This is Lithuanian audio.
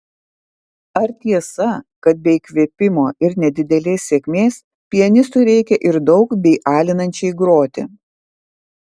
ar tiesa kad be įkvėpimo ir nedidelės sėkmės pianistui reikia ir daug bei alinančiai groti